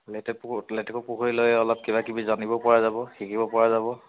লেটেকুপুখুৰীলৈ লেটেকুপুখুৰীলৈ অলপ কিবা কিবি জানিব পৰা যাব শিকিব পৰা যাব